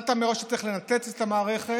החלטת מראש איך לנתץ את המערכת,